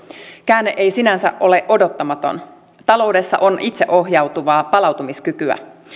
käänne ei sinänsä ole odottamaton taloudessa on itseohjautuvaa palautumiskykyä